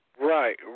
Right